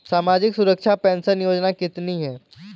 सामाजिक सुरक्षा पेंशन योजना कितनी हैं?